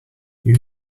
you